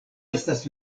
estas